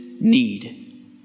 need